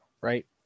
right